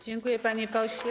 Dziękuję, panie pośle.